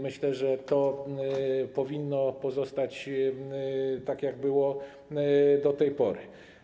Myślę, że to powinno pozostać, tak jak było do tej pory.